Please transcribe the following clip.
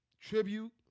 tribute